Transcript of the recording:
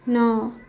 ନଅ